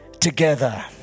together